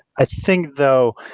i think, though,